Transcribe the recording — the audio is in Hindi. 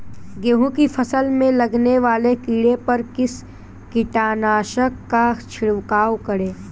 गेहूँ की फसल में लगने वाले कीड़े पर किस कीटनाशक का छिड़काव करें?